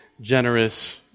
generous